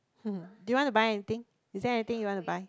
do you want to buy anything is there anything you want to buy